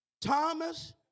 Thomas